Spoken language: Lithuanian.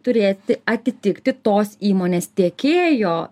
turėti atitikti tos įmonės tiekėjo